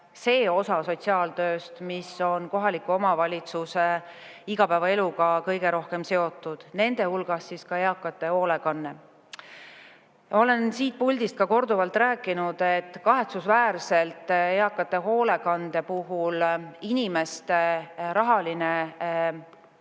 see osa sotsiaaltööst, mis on kohaliku omavalitsuse igapäevaeluga kõige rohkem seotud, nende hulgas ka eakate hoolekanne. Olen siit puldist ka korduvalt rääkinud, et kahetsusväärselt eakate hoolekande puhul inimeste rahaline